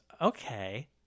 okay